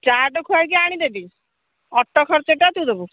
ଚାଟ୍ ଖୁଆଇକି ଆଣିଦେବି ଅଟୋ ଖର୍ଚ୍ଚଟା ତୁ ଦେବୁ